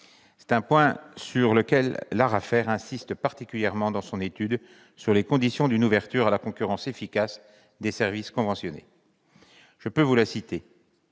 C'est un point sur lequel l'ARAFER insiste particulièrement dans son étude sur les conditions d'une ouverture à la concurrence efficace des services conventionnés :« Il est